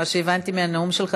מה שהבנתי מהנאום שלך,